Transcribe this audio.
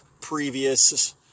previous